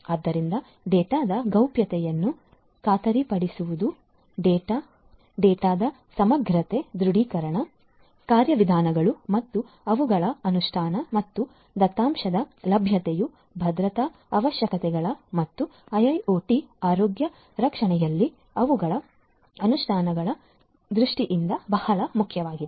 ಆದ್ದರಿಂದ ಡೇಟಾದ ಗೌಪ್ಯತೆಯನ್ನು ಖಾತರಿಪಡಿಸುವುದು ಡೇಟಾದ ಸಮಗ್ರತೆ ದೃ hentic ೀಕರಣ ಕಾರ್ಯವಿಧಾನಗಳು ಮತ್ತು ಅವುಗಳ ಅನುಷ್ಠಾನ ಮತ್ತು ದತ್ತಾಂಶದ ಲಭ್ಯತೆಯು ಭದ್ರತಾ ಅವಶ್ಯಕತೆಗಳು ಮತ್ತು ಐಐಒಟಿ ಆರೋಗ್ಯ ರಕ್ಷಣೆಯಲ್ಲಿ ಅವುಗಳ ಅನುಷ್ಠಾನಗಳ ದೃಷ್ಟಿಯಿಂದ ಬಹಳ ಮುಖ್ಯವಾಗಿದೆ